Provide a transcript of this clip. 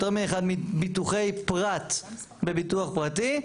יותר מאחד ביטוחי פרט בביטוח פרטי,